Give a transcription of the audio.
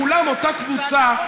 כולם אותה קבוצה,